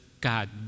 God